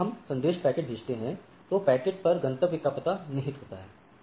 जब भी हम संदेश पैकेट भेजते हैं तो पैकेट पर गंतव्य का पता निहित होता है